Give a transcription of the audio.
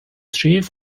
chief